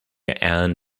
and